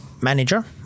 manager